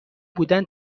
بودن